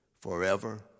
forever